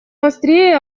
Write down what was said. острее